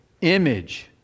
image